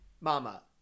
mama